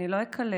אני לא אקלל,